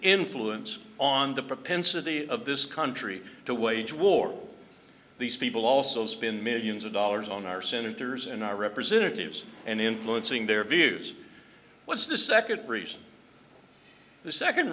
influence on the propensity of this country to wage war these people also spend millions of dollars on our senators and our representatives and influencing their views what's the second reason the second